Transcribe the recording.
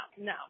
no